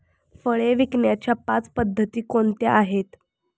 फळे विकण्याच्या पाच पद्धती कोणत्या आहेत?